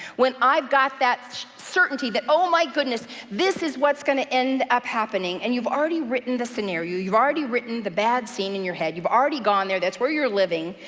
when i've got that certainty that oh my goodness this is what's gonna end up happening, and you've already written the scenario, you've already written the bad scene in your head, you've already gone there, that's where you're living,